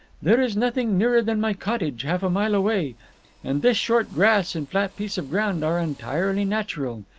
there is nothing nearer than my cottage half a mile away and this short grass and flat piece of ground are entirely natural.